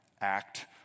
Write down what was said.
act